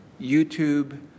YouTube